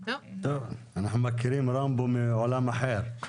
אנחנו מכירים 'רמבו' מעולם אחר.